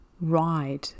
ride